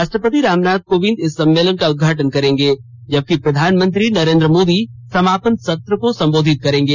राष्ट्रपति रामनाथ कोविंद इस सम्मेलन का उदघाटन करेंगे जबकि प्रधानमंत्री नरेन्द्र मोदी समापन सत्र को सम्बोधित करेंगे